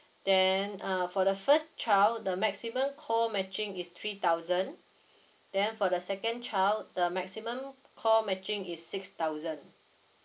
then uh for the first child the maximum co matching is three thousand then for the second child the maximum co matching is six thousand